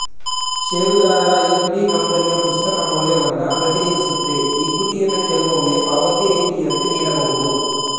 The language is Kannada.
ಷೇರುದಾರರ ಇಕ್ವಿಟಿ ಕಂಪನಿಯ ಪುಸ್ತಕ ಮೌಲ್ಯವನ್ನ ಪ್ರತಿನಿಧಿಸುತ್ತೆ ಇಕ್ವಿಟಿಯನ್ನ ಕೆಲವೊಮ್ಮೆ ಪಾವತಿ ರೀತಿಯಂತೆ ನೀಡಬಹುದು